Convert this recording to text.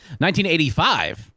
1985